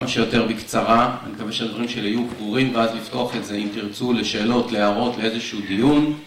עכשיו שיותר בקצרה, אני מקווה שהדברים שלי יהיו ברורים ואז לפתוח את זה אם תרצו לשאלות, להערות, לאיזשהו דיון